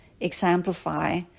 exemplify